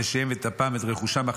את נשיהם וטפם ואת רכושם,